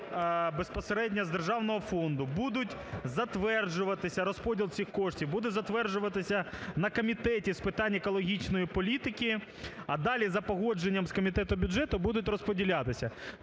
безпосередньо з державного фонду будуть затверджуватися, розподіл цих коштів буде затверджуватися на Комітеті з питань екологічної політики, а далі за погодженням з Комітетом бюджету будуть розподілятися.